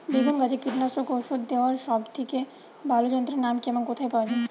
বেগুন গাছে কীটনাশক ওষুধ দেওয়ার সব থেকে ভালো যন্ত্রের নাম কি এবং কোথায় পাওয়া যায়?